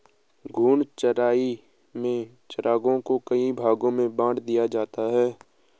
घूर्णी चराई में चरागाहों को कई भागो में बाँट दिया जाता है